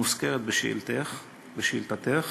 המוזכרת בשאלתך,